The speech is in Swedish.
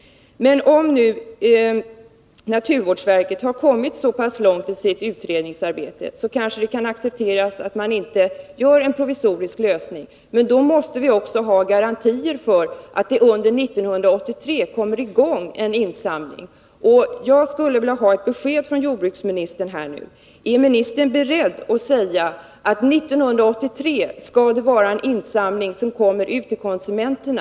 Om nu naturvårdsverket har kommit så pass långt i sitt utredningsarbete, kanske det kan accepteras att man inte stannar för en provisorisk lösning. Men då måste vi ha garantier för att det under 1983 kommer i gång en insamling.